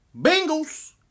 Bengals